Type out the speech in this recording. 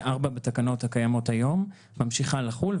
ש-4 בתקנות הקיימות היום ממשיכה לחול,